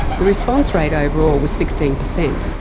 the response rate overall was sixteen percent,